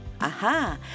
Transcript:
Aha